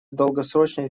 долгосрочной